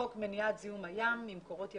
חוק מניעת זיהום הים ממקורות יבשתיים,